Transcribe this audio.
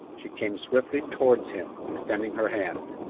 she came swiftly towards him, extending her hand.